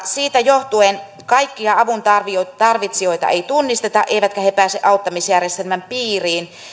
siitä johtuen kaikkia avuntarvitsijoita ei tunnisteta eivätkä he pääse auttamisjärjestelmän piiriin